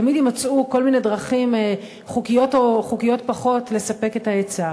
תמיד יימצאו כל מיני דרכים חוקיות או חוקיות פחות לספק את ההיצע.